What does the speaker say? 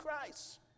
Christ